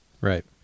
Right